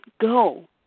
go